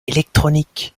électroniques